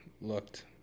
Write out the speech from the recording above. looked